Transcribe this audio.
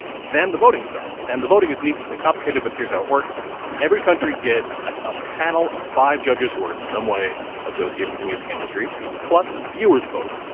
then the voting starts. and the voting is needlessly complicated, but here's how it works every country gets a panel of five judges who are in some way associated with the music industry plus, viewers vote.